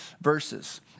verses